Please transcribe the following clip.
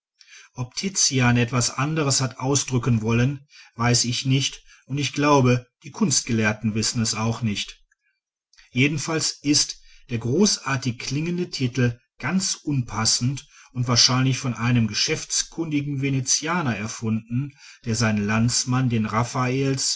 ob tizian etwas anderes hat ausdrücken wollen weiß ich nicht und ich glaube die kunstgelehrten wissen es auch nicht jedenfalls ist der großartig klingende titel ganz unpassend und wahrscheinlich von einem geschäftskundigen venezianer erfunden der seinen landsmann den